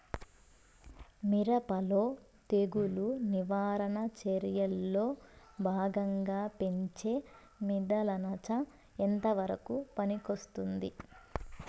మిరప లో తెగులు నివారణ చర్యల్లో భాగంగా పెంచే మిథలానచ ఎంతవరకు పనికొస్తుంది?